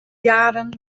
jaren